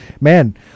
man